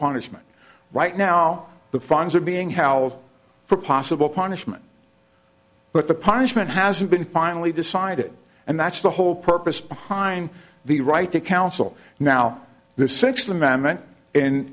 punishment right now the funds are being held for possible punishment but the punishment hasn't been finally decided and that's the whole purpose behind the right to counsel now the sixth